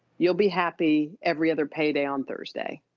you'll be happy every other payday on thursday.